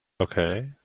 Okay